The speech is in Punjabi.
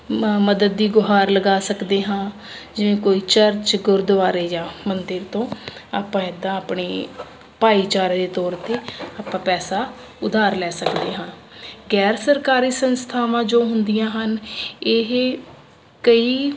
ਮ ਮਦਦ ਦੀ ਗੁਹਾਰ ਲਗਾ ਸਕਦੇ ਹਾਂ ਜਿਵੇਂ ਕੋਈ ਚਰਚ ਗੁਰਦੁਆਰੇ ਜਾਂ ਮੰਦਰ ਤੋਂ ਆਪਾਂ ਇੱਦਾਂ ਆਪਣੀ ਭਾਈਚਾਰੇ ਦੇ ਤੌਰ 'ਤੇ ਆਪਾਂ ਪੈਸਾ ਉਧਾਰ ਲੈ ਸਕਦੇ ਹਾਂ ਗੈਰ ਸਰਕਾਰੀ ਸੰਸਥਾਵਾਂ ਜੋ ਹੁੰਦੀਆਂ ਹਨ ਇਹ ਕਈ